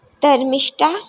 Dharmishtha